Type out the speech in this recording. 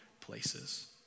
places